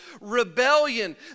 rebellion